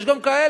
יש גם כאלה.